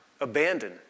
abandon